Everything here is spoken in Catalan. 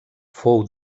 fou